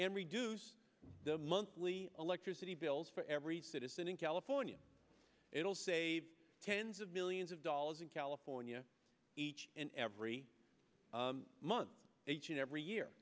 and reduce the monthly electricity bills for every citizen in california it'll save tens of millions of dollars in california each and every month each and every year